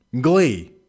glee